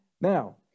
Now